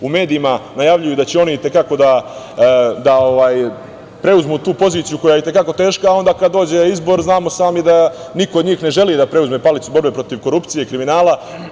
U medijima najavljuju da će oni da preuzmu tu poziciju koja je i te kako teška, a onda kada dođe izbor znamo sami da niko od njih ne želi da preuzme palicu borbe protiv korupcije i kriminala.